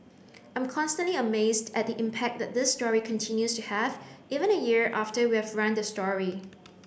I'm constantly amazed at the impact that this story continues to have even a year after we have run the story